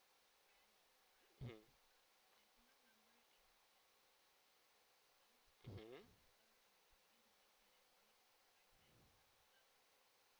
mm